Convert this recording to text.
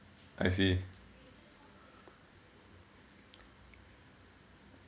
I see